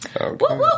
Okay